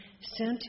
sent